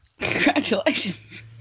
Congratulations